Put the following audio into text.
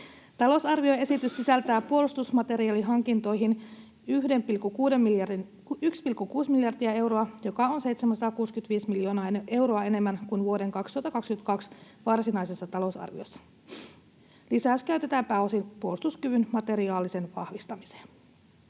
Talousarvioesitys sisältää puolustusmateriaalihankintoihin 1,6 miljardia euroa, joka on 765 miljoonaa euroa enemmän kuin vuoden 2022 varsinaisessa talousarviossa. Lisäys käytetään pääosin puolustuskyvyn materiaaliseen vahvistamiseen.